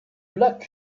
lac